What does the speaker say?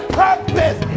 purpose